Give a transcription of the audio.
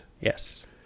Yes